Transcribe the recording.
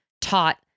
taught